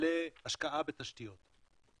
להשקעה בתשתיות.